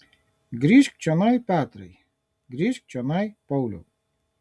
grįžk čionai petrai grįžk čionai pauliau